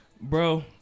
Bro